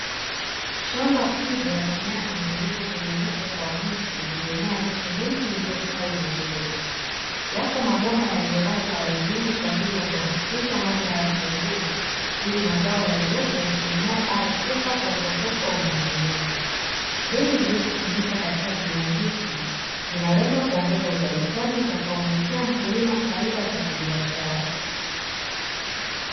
Shamba kubwa la nyanya zilizotegemezwa kwa miti limemea miche mingi iliyostawi vizuri. Yako mabomba yaliyolazwa ardhini kwa ajili ya kuhakikisha maji hayapungui ili mazao yaliyopo yasidumae au kufa kwa ukosefu wa unyevunyevu. Mbinu zilizotumika katika kilimo hiki zinalenga kuongeza uzalishaji utakaomletea mkulima faida za kibiashara.